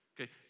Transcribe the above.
Okay